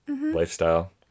lifestyle